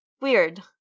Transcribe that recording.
weird